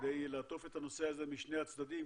כדי לעטוף את הנושא הזה משני הצדדים,